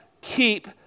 keep